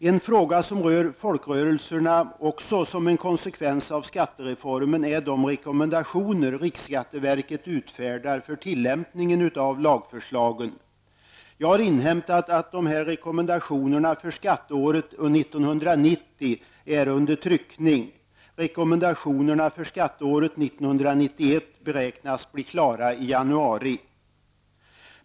En fråga som rör folkrörelserna som en konsekvens av skattereformen är de rekommendationer riksskatteverket utfärdar för tillämpningen av lagförslagen. Jag har inhämtat att dessa rekommendationer för skatteåret 1990 är under tryckning. Rekommendationerna för skatteåret 1991 beräknas bli klara under januari.